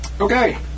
Okay